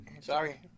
Sorry